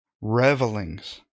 revelings